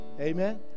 Amen